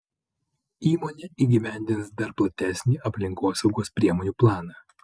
įmonė įgyvendins dar platesnį aplinkosaugos priemonių planą